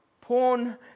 Porn